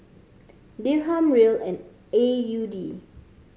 Dirham Riel and A U D